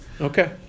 Okay